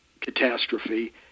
catastrophe